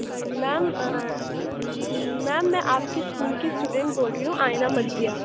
میم ma'am میں آپ کی اسکول کی اسٹوڈینٹ بول رہی ہوں آئینہ مرزیہ